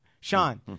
Sean